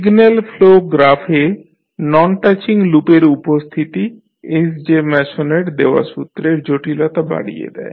signal flow গ্রাফে non touching লুপের উপস্থিতি এস যে ম্যাসনের দেওয়া সূত্রের জটিলতা বাড়িয়ে দেয়